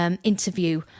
interview